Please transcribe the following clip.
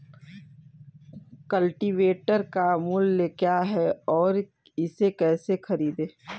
Cultivator का मूल्य क्या है और इसे कैसे खरीदें?